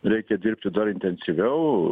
reikia dirbti dar intensyviau